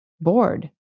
bored